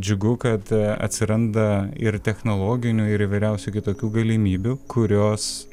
džiugu kad atsiranda ir technologinių ir įvairiausių kitokių galimybių kurios